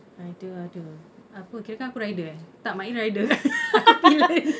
rider ada apa kira ke aku rider eh tak mail rider aku pillion